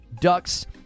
Ducks